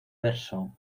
verso